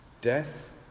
death